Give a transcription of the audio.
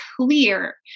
clear